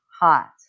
hot